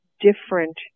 different